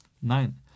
Nein